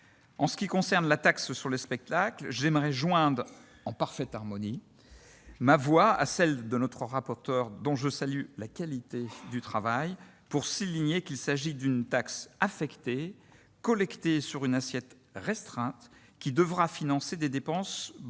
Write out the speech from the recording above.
en ce qui concerne la taxe sur les spectacles, j'aimerais joindre, en parfaite harmonie, ma voix à celle de notre rapporteur, dont je salue la qualité du travail, pour souligner qu'il s'agit d'une taxe affectée, collectée sur une assiette restreinte, qui devra financer des dépenses beaucoup